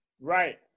Right